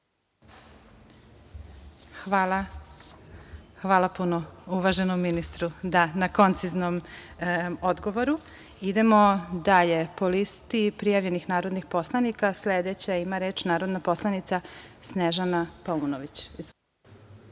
Kovač** Hvala puno, uvaženom ministru na konciznom odgovoru. Idemo dalje. Po listi prijavljenih narodnih poslanika, sledeća ima reč narodna poslanica Snežana Paunović.